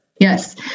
Yes